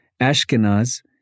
Ashkenaz